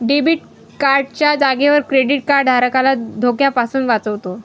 debit card च्या जागेवर credit card धारकाला धोक्यापासून वाचवतो